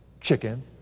Chicken